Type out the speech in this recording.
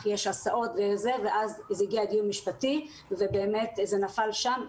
יש הסעות ואז זה הגיע לדיון משפטי ונפל שם,